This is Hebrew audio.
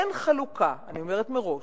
אין חלוקה, אני אומרת מראש,